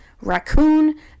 raccoon